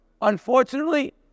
Unfortunately